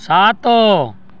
ସାତ